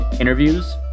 interviews